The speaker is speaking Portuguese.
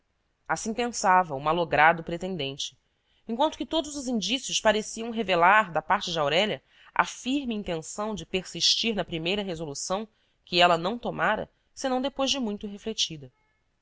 assim pensava o malogrado pretendente enquanto que todos os indícios pareciam revelar da parte de aurélia a firme intenção de persistir na primeira resolução que ela não tomara senão depois de muito refletida